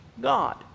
god